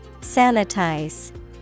Sanitize